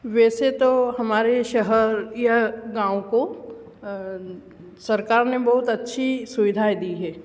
वैसे तो हमारे शहर या गाँव को सरकार ने बहुत अच्छी सुविधाएँ दी हैं